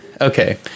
okay